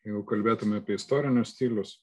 jeigu kalbėtume apie istorinius stilius